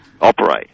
operate